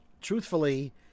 truthfully